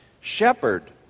Shepherd